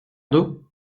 d’eau